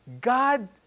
god